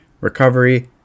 recovery